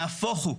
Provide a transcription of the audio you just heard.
נהפוך הוא,